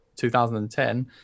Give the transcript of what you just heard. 2010